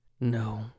No